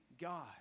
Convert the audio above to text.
God